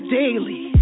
daily